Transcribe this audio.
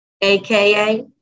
AKA